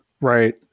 Right